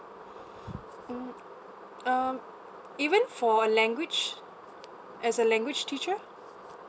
mm um even for a language as a language teacher